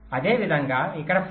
అదేవిధంగా ఇక్కడ 5